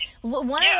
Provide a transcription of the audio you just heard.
One